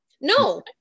No